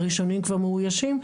והראשונים כבר מאויישים,